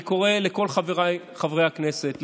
אני קורא לכל חבריי חברי הכנסת,